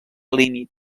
límit